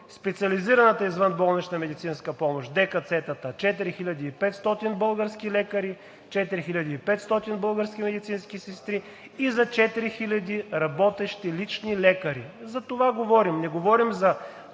специализираната извънболнична медицинска помощ ДКЦ-та – 4500 български лекари, 4500 български медицински сестри и за 4000 работещи лични лекари. За това говорим, не говорим за